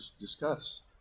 discuss